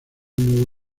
nuevo